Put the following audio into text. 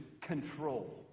control